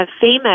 famous